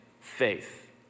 faith